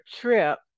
trip